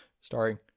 starring